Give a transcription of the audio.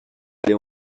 aller